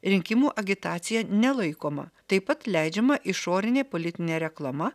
rinkimų agitacija nelaikoma taip pat leidžiama išorinė politinė reklama